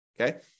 Okay